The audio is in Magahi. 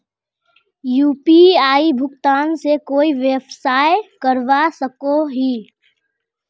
यु.पी.आई भुगतान से कोई व्यवसाय करवा सकोहो ही?